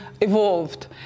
evolved